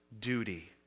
duty